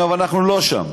אבל אנחנו לא שם.